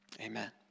Amen